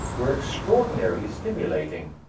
were extraordinarily stimulating.